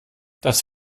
das